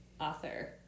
author